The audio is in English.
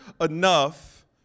enough